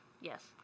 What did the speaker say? Yes